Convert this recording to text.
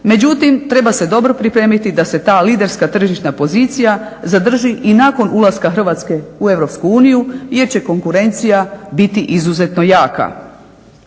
Međutim, treba se dobro pripremiti da se ta liderska tržišna pozicija zadrži i nakon ulaska Hrvatske u Europsku uniju jer će konkurencija biti izuzetno jaka.